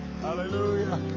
Hallelujah